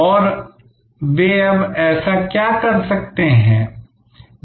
और अब वे ऐसा क्या कर सकते हैं